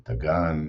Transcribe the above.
את הגן,